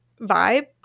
vibe